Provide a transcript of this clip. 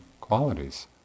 qualities